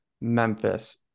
Memphis